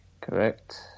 Correct